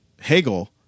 Hegel